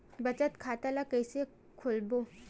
बचत खता ल कइसे खोलबों?